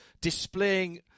displaying